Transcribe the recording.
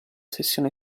sessione